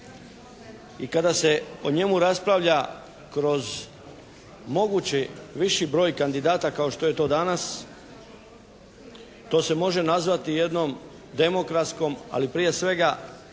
i kada se o njemu raspravlja kroz mogući viši broj kandidata kao što je to danas to se može nazvati jednom demokratskom ali prije svega